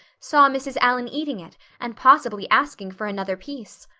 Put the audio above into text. saw mrs. allan eating it and possibly asking for another piece!